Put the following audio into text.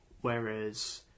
Whereas